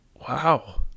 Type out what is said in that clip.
Wow